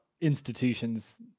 institutions